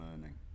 learning